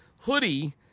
hoodie